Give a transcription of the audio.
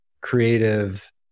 creative